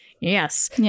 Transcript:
Yes